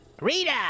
Rita